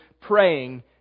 praying